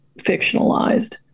fictionalized